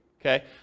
okay